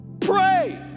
pray